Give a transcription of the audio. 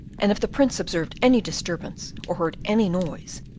and if the prince observed any disturbance or heard any noise,